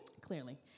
Clearly